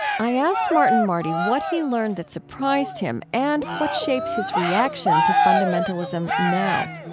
i asked martin marty what he learned that surprised him and what shapes his reaction to fundamentalism now